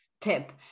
tip